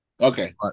Okay